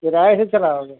किराए से चलाओगे